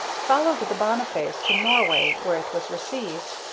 followed the bonnifays to norway, where it was received.